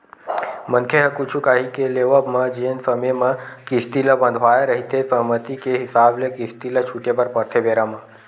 मनखे ह कुछु काही के लेवब म जेन समे म किस्ती ल बंधवाय रहिथे सहमति के हिसाब ले किस्ती ल छूटे बर परथे बेरा म